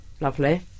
Lovely